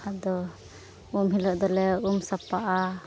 ᱟᱫᱚ ᱩᱢ ᱦᱤᱞᱳᱜ ᱫᱚᱞᱮ ᱩᱢ ᱥᱟᱯᱷᱟᱜᱼᱟ